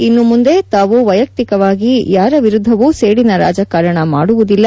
ಇನ್ನುಮುಂದೆ ತಾವು ವೈಯಕ್ತಿಕವಾಗಿ ಯಾರ ವಿರುದ್ದವೂ ಸೇಡಿನ ರಾಜಕಾರಣ ಮಾಡುವುದಿಲ್ಲ